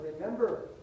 remember